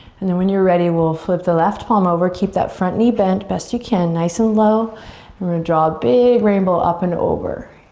and then when you're ready we'll flip the left palm over, keep that front knee bent best you can. nice and low we're gonna draw a big rainbow up and over.